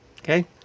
Okay